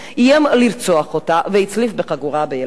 איים לרצוח אותה והצליף בחגורה בילדים.